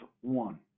one